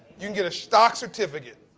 you can get a stock certificate.